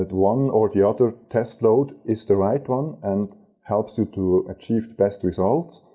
but one or the other test load is the right one and helps you to achieve best results.